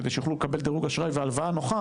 כדי שיוכלו לקבל דירוג אשראי והלוואה נוחה